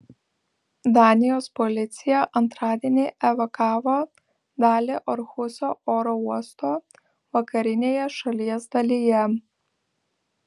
danijos policija antradienį evakavo dalį orhuso oro uosto vakarinėje šalies dalyje